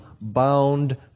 bound